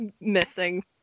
missing